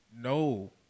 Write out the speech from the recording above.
No